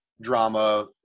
drama